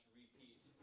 repeat